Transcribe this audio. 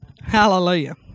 Hallelujah